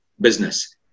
business